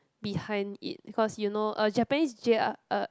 behind it because you know uh Japanese J R uh